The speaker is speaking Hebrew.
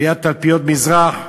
ליד תלפיות-מזרח,